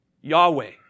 Yahweh